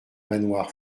manoir